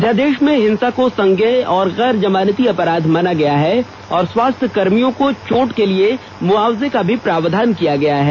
अध्यादेश में हिंसा को संज्ञेय और गैर जमानती अपराध माना गया है और स्वास्थ्यकर्मियों को चोट के लिए मुआवजे का भी प्रावधान किया गया है